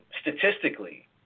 statistically